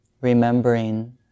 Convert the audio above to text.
Remembering